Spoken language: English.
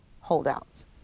holdouts